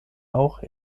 auch